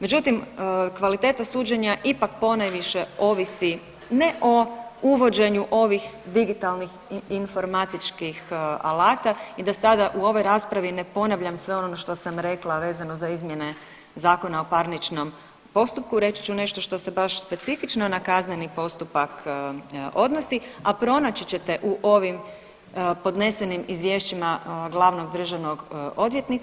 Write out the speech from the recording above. Međutim, kvaliteta suđenja ipak ponajviše ovisi ne o uvođenju ovih digitalnih informatičkih alata i da sada u ovoj raspravi ne ponavljam sve ono što sam rekla vezano za izmjene Zakona o parničnom postupku reći ću nešto što se baš specifično na kazneni postupak odnosi, a pronaći ćete u ovim podnesenim izvješćima glavnog državnog odvjetnika.